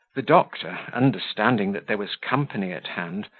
the doctor, understanding that there was company at hand,